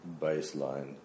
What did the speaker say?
baseline